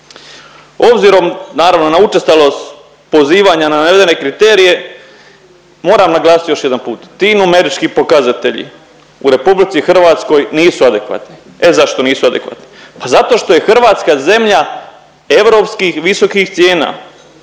Obzirom naravno na učestalost pozivanja na navedene kriterije moram naglasit još jedan put, ti numerički pokazatelji u RH nisu adekvatni. E zašto nisu adekvatni? Pa zato što je Hrvatska zemlja europskih visokih cijena,